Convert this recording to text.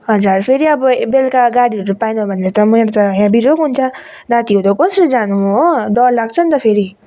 हजुर फेरि अब बेलुका गाडीहरू पाइनँ भने त मेरो त बिजोग हुन्छ रातिहुँदो कसरी जानु म हो डर लाग्छ नि त फेरि